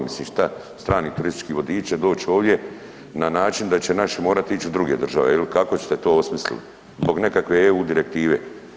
Mislim šta strani turistički vodiči će doći ovdje na način da će naši morati ići u druge države ili kako ćete to osmislili zbog nekakve EU direktive.